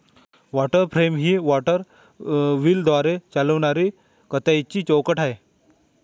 water frame ही water व्हीलद्वारे चालविणारी कताईची चौकट आहे